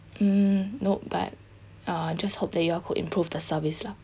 mm nope but uh just hope that you all could improve the service lah